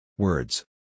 Words